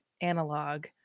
analog